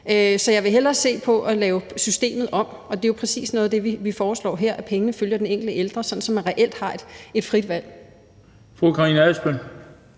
Så jeg vil hellere se på at lave systemet om, og det er jo præcis noget af det, vi foreslår her, altså at pengene følger den enkelte ældre, sådan at man reelt har et frit valg. Kl. 13:29 Den